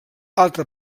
altra